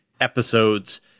episodes